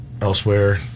elsewhere